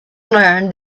learn